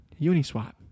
Uniswap